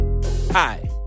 Hi